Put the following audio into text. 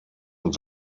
und